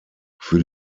für